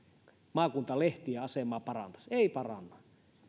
maakuntalehtien asemaa ei se paranna